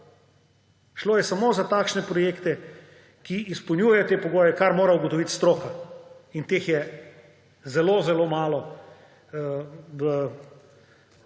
Šlo je samo za takšne projekte, ki izpolnjujejo te pogoje, kar mora ugotoviti stroka. In teh je zelo zelo malo v